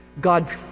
God